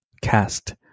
cast